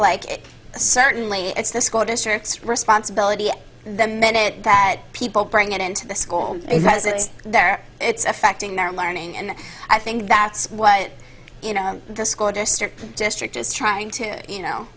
like certainly it's the school district's responsibility the minute that people bring it into the school he says it's there it's affecting their learning and i think that's what you know the school district district is trying to you know